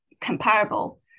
comparable